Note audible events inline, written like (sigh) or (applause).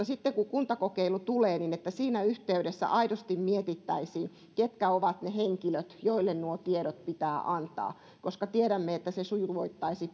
(unintelligible) sitten kun kuntakokeilu tulee niin toivon että siinä yhteydessä aidosti mietittäisiin ketkä ovat ne henkilöt joille nuo tiedot pitää antaa koska tiedämme että se sujuvoittaisi (unintelligible)